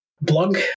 blog